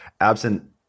absent